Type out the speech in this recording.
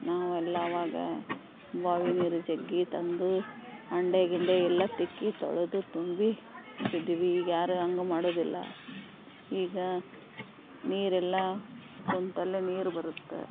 ನಾವೆಲ್ಲ ಅವಾಗ ಬಾವಿ ನೀರು ಜಗ್ಗಿ ತಂದು ಹಂಡೆ ಗಿಂಡೆ ಎಲ್ಲ ತಿಕ್ಕಿ ತೊಳೆದು ತುಂಬಿಸ್ತಿದ್ವಿ ಈಗ ಯಾರೂ ಹಂಗ್ ಮಾಡೋದಿಲ್ಲ ಈಗ ನೀರೆಲ್ಲ ಕೂತಲ್ಲೇ ನೀರು ಬರುತ್ತೆ